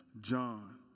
John